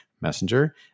Messenger